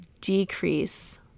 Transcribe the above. decrease